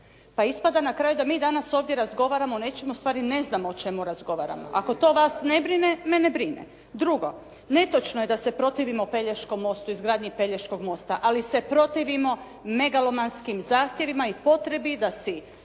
Pa ispada na kraju da mi danas ovdje razgovaramo o nečemu, ustvari ne znamo o čemu razgovaramo. Ako to vas ne brine, mene brine. Drugo, netočno je da se protivimo Pelješkom mostu, izgradnji Pelješkog mosta, ali se protivimo megalomanskim zahtjevima i potrebi da si